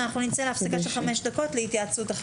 נצא להפסקה של חמש דקות להתייעצות אחר כך.